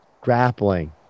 grappling